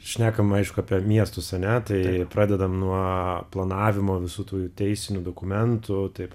šnekam aišku apie miestus ane tai pradedam nuo planavimo visų tų teisinių dokumentų taip